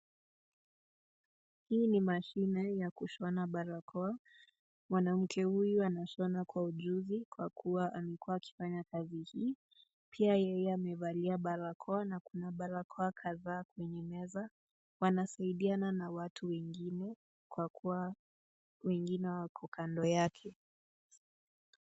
Hii ni mashine ya kushona barakoa. Mwanamke huyu anashona kwa ujuzi kwa kuwa amekuwa akifanya kazi hii. Pia yeye amevalia barakoa na kuna barakoa kadhaa kwenye meza. Wanasaidiana na watu wengine kwa kuwa wengine wako kando yake.